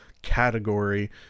Category